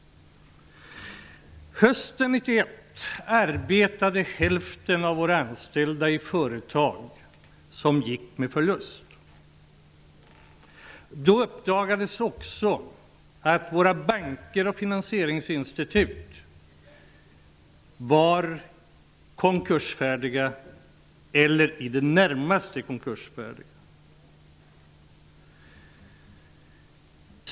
Hösten 1991 arbetade hälften av våra anställda i företag som gick med förlust. Då uppdagades också att våra banker och finansieringsinstitut var konkursfärdiga eller i det närmaste konkursfärdiga.